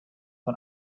von